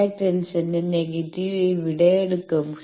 റിയാക്റ്റൻസിന്റെ negative ഇവിടെ എടുക്കും